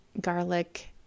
garlic